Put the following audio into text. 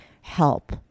help